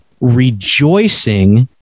rejoicing